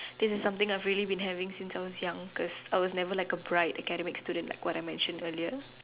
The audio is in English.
this is something I've really been having since I was young because I was never a bright academic student like what I mentioned earlier